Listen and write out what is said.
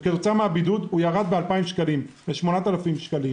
וכתוצאה מהבידוד הוא ירד ב-2,000 שקלים ל-8,000 שקלים.